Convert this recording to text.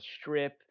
strip